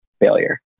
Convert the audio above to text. failure